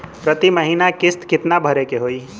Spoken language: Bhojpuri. प्रति महीना किस्त कितना भरे के होई?